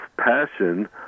passion